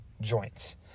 joints